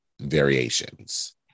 variations